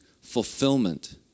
fulfillment